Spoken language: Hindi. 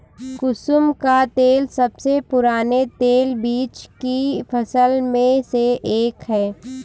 कुसुम का तेल सबसे पुराने तेलबीज की फसल में से एक है